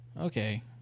okay